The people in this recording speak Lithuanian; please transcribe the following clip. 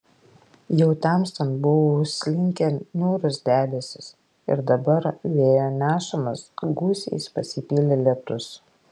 jau temstant buvo užslinkę niūrūs debesys ir dabar vėjo nešamas gūsiais pasipylė lietus